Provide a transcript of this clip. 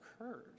occurred